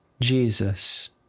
Jesus